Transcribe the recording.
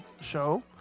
show